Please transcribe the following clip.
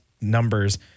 numbers